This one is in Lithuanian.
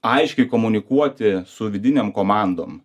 aiškiai komunikuoti su vidinėm komandom